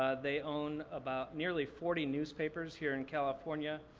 ah they own about nearly forty newspapers here in california,